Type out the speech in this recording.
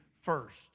first